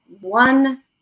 one